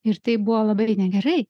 ir tai buvo labai negerai